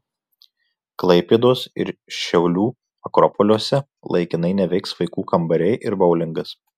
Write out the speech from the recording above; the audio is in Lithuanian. klaipėdos ir šiaulių akropoliuose laikinai neveiks vaikų kambariai ir boulingas